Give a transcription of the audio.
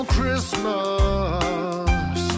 Christmas